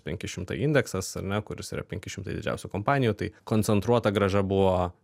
penki šimtai indeksas ar ne kuris yra penki šimtai didžiausių kompanijų tai koncentruota grąža buvo